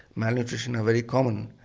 malnutrition are very common.